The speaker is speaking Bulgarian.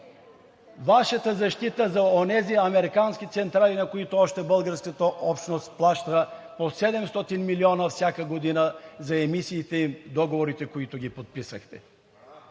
Вашата защита за онези американски централи, на които още българската общност плаща по 700 милиона всяка година за емисиите им – договорите, които ги подписахте.